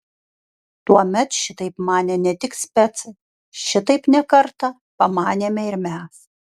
tuomet šitaip manė ne tik specai šitaip ne kartą pamanėme ir mes